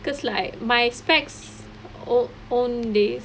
'because like my spectacles old Owndays